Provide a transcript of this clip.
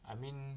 I mean